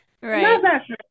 Right